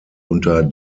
unter